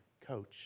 coach